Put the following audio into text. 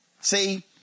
See